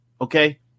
okay